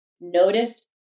noticed